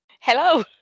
hello